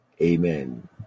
Amen